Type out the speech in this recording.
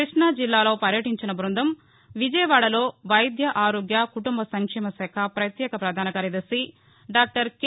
కృష్ణా జిల్లాలో పర్యటించిన బృందం విజయవాడలో వైద్య ఆరోగ్య కుటుంబ సంక్షేమ శాఖ పత్యేక పధాన కార్యద్భి డాక్టర్ కె